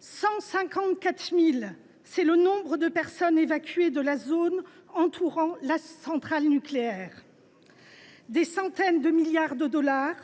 154 000, nombre de personnes évacuées de la zone entourant la centrale nucléaire ; des centaines de milliards de dollars,